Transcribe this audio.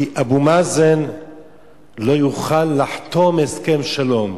כי אבו מאזן לא יוכל לחתום הסכם שלום,